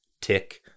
tick